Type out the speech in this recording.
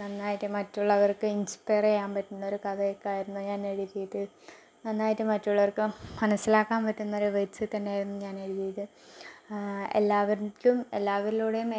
നന്നായിട്ട് മറ്റുള്ളവർക്ക് ഇൻസ്പെയർ ചെയ്യാൻ പറ്റുന്നൊരു കഥയൊക്കെയായിരുന്നു ഞാൻ എഴുതിയത് നന്നായിട്ട് മറ്റുള്ളവർക്ക് മനസ്സിലാക്കാൻ പറ്റുന്ന ഒരു വേർഡ്സിൽ തന്നെയായിരുന്നു ഞാൻ എഴുതിയത് എല്ലാവർക്കും എല്ലാവരിലൂടെയും